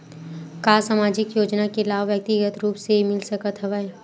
का सामाजिक योजना के लाभ व्यक्तिगत रूप ले मिल सकत हवय?